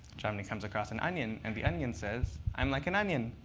jomny comes across an onion. and the onion says, i'm like an onion.